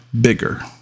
bigger